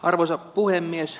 arvoisa puhemies